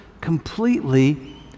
completely